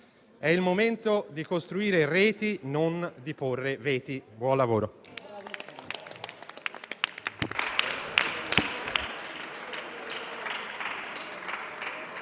È il momento di costruire reti, non di porre veti. Buon lavoro.